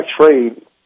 trade